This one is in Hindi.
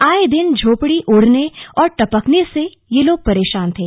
आये दिन झोपड़ी उड़ने और टपकने से ये लोग परेशान थे